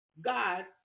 God